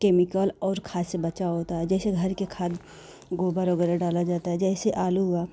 chemical और खाद से बचा होता है जैसे घर के खाद गोबर वगैरह डाला जाता है जैसे आलू हुआ